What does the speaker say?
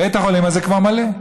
בית החולים הזה כבר מלא.